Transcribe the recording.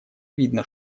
видно